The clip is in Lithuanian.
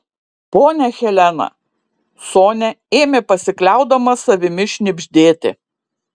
ponia helena sonia ėmė pasikliaudama savimi šnibždėti